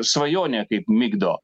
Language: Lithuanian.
svajonė kaip migdo